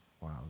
wow